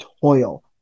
toil